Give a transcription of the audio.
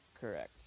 Correct